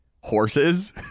horses